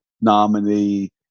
nominee